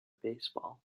baseball